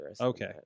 Okay